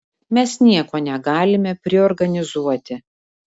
mes nieko negalime priorganizuoti